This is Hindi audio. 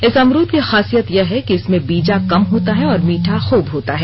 इस अमरूद की खासियत यह है कि इसमें बीजा कम होता है और मीठा खूब होता है